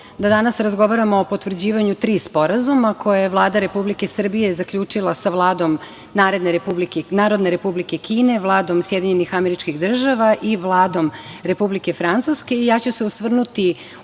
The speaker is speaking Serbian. danas razgovaramo o potvrđivanju tri sporazuma koje je Vlada Republike Srbije zaključila sa Vladom Narodne Republike Kine, Vladom SAD i Vladom Republike Francuske.